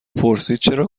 پرسیدچرا